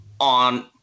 on